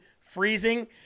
freezing